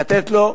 לתת לו,